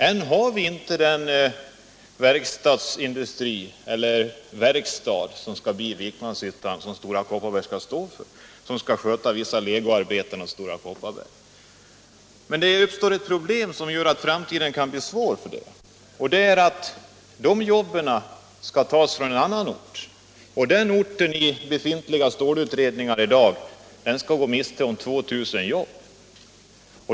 Ännu har vi inte den verkstad i Vikmanshyttan som skall sköta vissa legoarbeten åt Stora Kopparberg. Det uppstår ett problem som gör att framtiden kan bli svår, nämligen att jobben skall tas från en annan ort, och den orten skall enligt befintliga stålutredningar gå miste om 2 000 jobb.